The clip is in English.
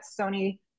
Sony